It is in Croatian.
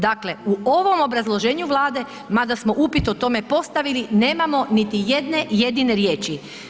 Dakle u ovom obrazloženju Vlade mada smo upit o tome postavili nemamo niti jedne jedine riječi.